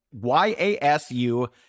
Y-A-S-U